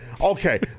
Okay